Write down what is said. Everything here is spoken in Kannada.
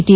ಟಿ